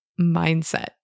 mindset